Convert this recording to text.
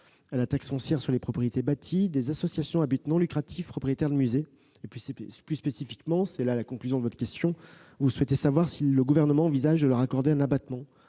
à la taxe foncière sur les propriétés bâties des associations à but non lucratif propriétaires de musée. Plus spécifiquement, puisque vous avez conclu par cette question, vous souhaitez savoir si le Gouvernement envisage de leur accorder un abattement